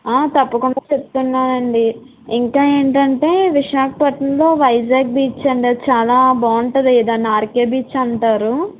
తప్పకుండా చెప్తున్నానండీ ఇంకా ఏంటంటే విశాఖపట్నంలో వైజాగ్ బీచ్ అనేది చాలా బాగుంటుంది దాన్ని ఆర్కే బీచ్ అంటారు